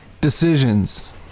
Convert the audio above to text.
decisions